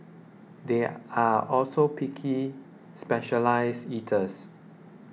they are also picky specialised eaters